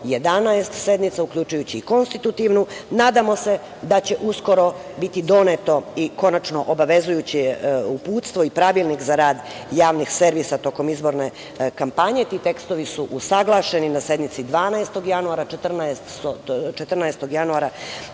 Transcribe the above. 11 sednica, uključujući i konstitutivnu, nadamo se da će uskoro biti doneto i konačno obavezujuće uputstvo i Pravilnik za rad javnih servisa tokom izborne kampanje, ti tekstovi su usaglašeni na sednici 12. januara, 14. januara